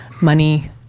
money